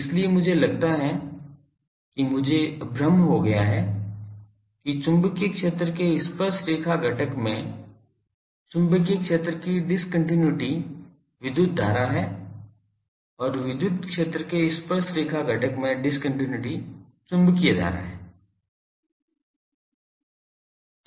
इसलिए मुझे लगता है कि मुझे भ्रम हो गया है कि चुंबकीय क्षेत्र के स्पर्शरेखा घटक में चुंबकीय क्षेत्र की डिस्कन्टिन्यूइटी विद्युत धारा है और विद्युत क्षेत्र के स्पर्शरेखा घटक में डिस्कन्टिन्यूइटी चुंबकीय धारा है